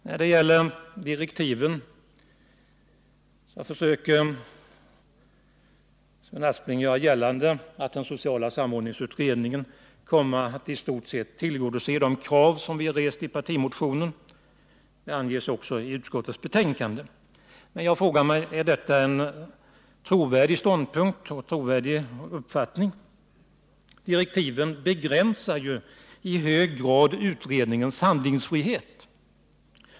När det gäller direktiven försöker Sven Aspling göra gällande att den sociala samordningsutredningen kommer att i stort sett tillgodose de krav vi rest i vår partimotion. Det sägs också i utskottets betänkande. Jag frågar mig: Kan detta vara trovärdigt? Direktiven begränsar ju i hög grad utredningens handlingsfrihet.